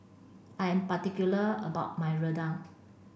I am particular about my rendang